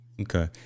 okay